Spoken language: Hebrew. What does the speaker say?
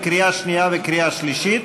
לקריאה שנייה וקריאה שלישית,